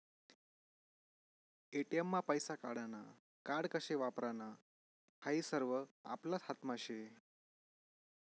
ATM मा पैसा काढानं कार्ड कशे वापरानं हायी सरवं आपलाच हातमा शे